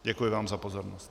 Děkuji vám za pozornost.